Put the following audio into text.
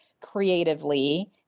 creatively